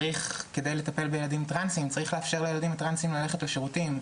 על מנת לטפל בילדים טרנסים צריך לאפשר לילדים הטרנסים ללכת לשירותים.